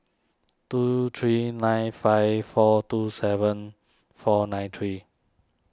two three nine five four two seven four nine three